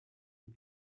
and